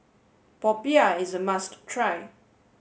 Popiah is a must try